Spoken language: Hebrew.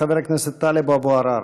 חבר הכנסת טלב אבו עראר.